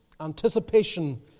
anticipation